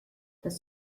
das